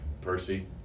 Percy